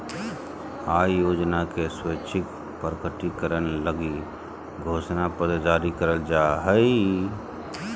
आय योजना के स्वैच्छिक प्रकटीकरण लगी घोषणा पत्र जारी करल जा हइ